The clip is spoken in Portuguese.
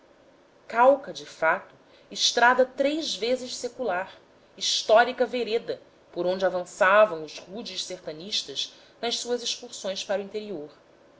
calca de fato estrada três vezes secular histórica vereda por onde avançavam os rudes sertanistas nas suas excursões para o interior